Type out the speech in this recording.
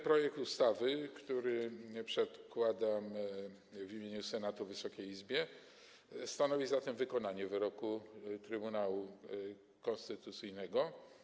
Projekt ustawy, który przedkładam w imieniu Senatu Wysokiej Izbie, stanowi zatem wykonanie wyroku Trybunału Konstytucyjnego.